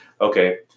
okay